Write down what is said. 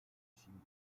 régime